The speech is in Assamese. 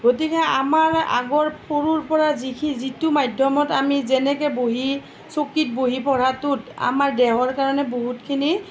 গতিকে আমাৰ আগৰ সৰুৰ পৰা যিখি যিটো মাধ্যমত আমি যেনেকে বহি চকীত বহি পঢ়াটোত আমাৰ দেহৰ কাৰণে বহুতখিনি